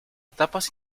etapas